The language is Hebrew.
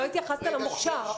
רגע, לא התייחסת למוכשר.